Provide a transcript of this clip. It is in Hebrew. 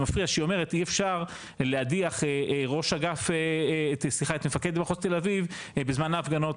זה מפריע שהיא אומרת אי אפשר להדיח את מפקד מחוז תל אביב בזמן ההפגנות,